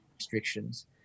restrictions